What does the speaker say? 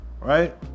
right